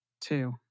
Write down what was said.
two